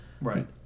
right